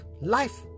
life